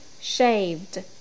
shaved